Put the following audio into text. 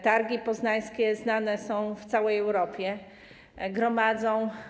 Targi poznańskie znane są w całej Europie, gromadzą.